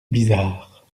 bizarre